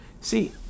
See